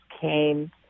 came